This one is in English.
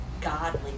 godly